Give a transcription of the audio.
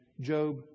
Job